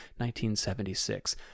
1976